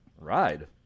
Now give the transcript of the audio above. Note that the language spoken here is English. ride